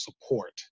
support